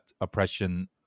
oppression